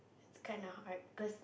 it's kind of hard cause